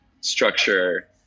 structure